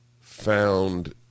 found